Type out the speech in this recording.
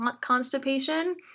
constipation